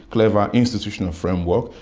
clever institutional framework,